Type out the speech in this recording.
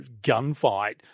gunfight